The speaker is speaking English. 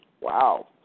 Wow